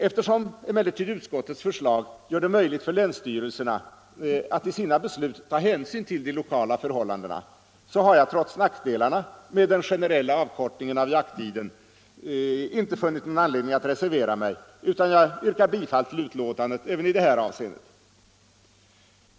Eftersom utskottets förslag gör det möjligt för länsstyrelserna att i sina beslut ta hänsyn till de lokala förhållandena, har jag trots nackdelarna med den generella avkortningen av jakttiden inte funnit anledning att reservera mig utan yrkar bifall till utskottets hemställan även i detta avseende.